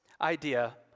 idea